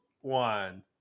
one